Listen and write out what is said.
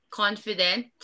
confident